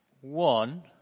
one